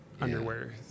underwear